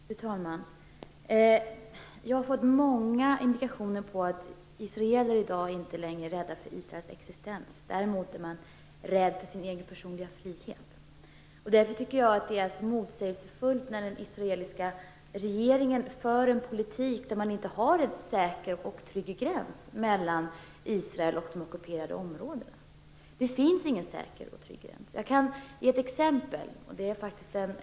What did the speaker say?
Fru talman! Jag har fått många indikationer på att israeler i dag inte längre är rädda för Israels existens. Däremot är de rädda för sin egen personliga frihet. Därför tycker jag att det är motsägelsefullt när den israeliska regeringen för en politik där det inte finns en säker och trygg gräns mellan Israel och de ockuperade områdena. Det finns ingen säker och trygg gräns. Jag kan ge ett exempel.